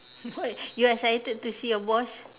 what you excited to see your boss